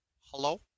Hello